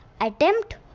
attempt